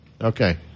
okay